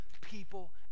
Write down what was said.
people